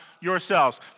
yourselves